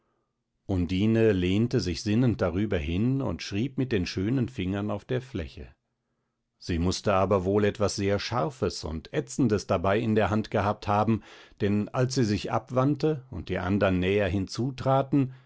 undine lehnte sich sinnend darüber hin und schrieb mit den schönen fingern auf der fläche sie mußte aber wohl etwas sehr scharfes und ätzendes dabei in der hand gehabt haben denn als sie sich abwandte und die andern näher hinzutraten